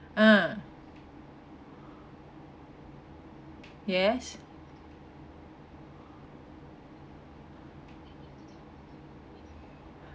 ah yes